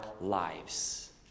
lives